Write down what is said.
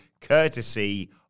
courtesy